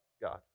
God